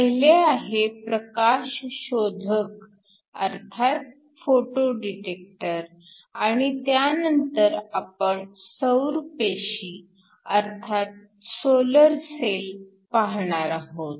पहिले आहे प्रकाश शोधक अर्थात फोटो डिटेक्टर आणि त्यानंतर आपण सौर पेशी अर्थात सोलर सेल पाहणार आहोत